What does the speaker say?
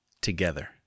together